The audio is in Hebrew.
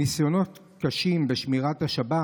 ניסיונות קשים בשמירת השבת.